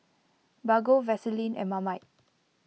Bargo Vaseline and Marmite